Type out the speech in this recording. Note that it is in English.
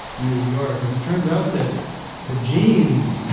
new york? and it turns out that the genes